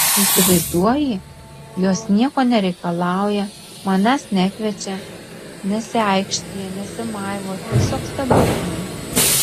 įsivaizduoji jos nieko nereikalauja manęs nekviečia nesiaikštija nesimaivo tiesiog stebuklai